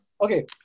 Okay